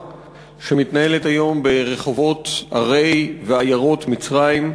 שמתנהלת היום ברחובות ערי ועיירות מצרים.